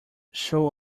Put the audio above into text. show